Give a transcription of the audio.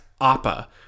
Appa